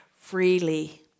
freely